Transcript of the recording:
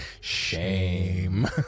Shame